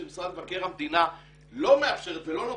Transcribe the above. משרד מבקר המדינה לא מאפשרת ולא נותנת,